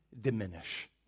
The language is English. diminish